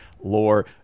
lore